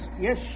Yes